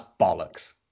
bollocks